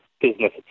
business